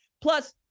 Plus